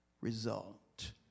result